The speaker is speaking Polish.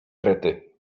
wryty